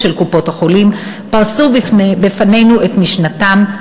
של קופות-החולים ופרסו בפנינו את משנתם.